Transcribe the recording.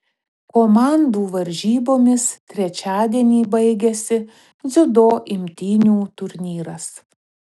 komandų varžybomis trečiadienį baigiasi dziudo imtynių turnyras